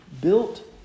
built